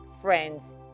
friends